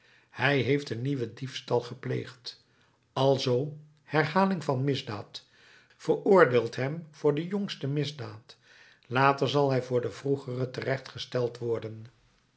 hij heeft een nieuwen diefstal gepleegd alzoo herhaling van misdaad veroordeelt hem voor de jongste misdaad later zal hij voor de vroegere terechtgesteld worden